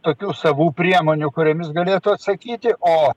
tokių savų priemonių kuriomis galėtų atsakyti o